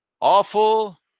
Awful